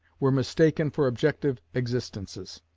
were mistaken for objective existences.